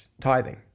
tithing